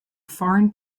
foreign